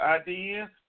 idea